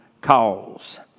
calls